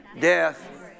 death